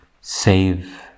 save